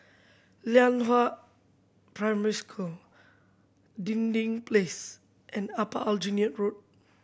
Lianhua Primary School Dinding Place and Upper Aljunied Road